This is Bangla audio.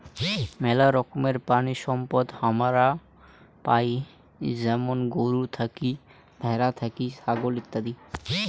মেলা রকমের প্রাণিসম্পদ হামারা পাই যেমন গরু থাকি, ভ্যাড়া থাকি, ছাগল ইত্যাদি